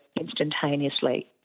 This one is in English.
instantaneously